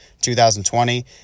2020